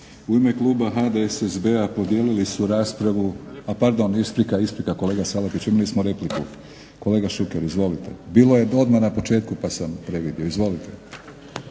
U ime kluba HDSSB-a podijeli li su raspravu. A pardon, isprika, isprika. Kolega Salapiću imali smo repliku. Kolega Šuker izvolite. bilo je odmah na početku pa sam previdio. Izvolite.